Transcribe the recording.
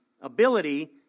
ability